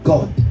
God